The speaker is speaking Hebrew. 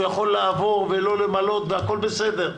הוא יכול לעבור ולא למלא והכול בסדר,